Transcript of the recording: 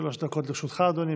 שלוש דקות לרשותך, אדוני.